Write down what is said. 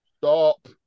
stop